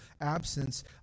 absence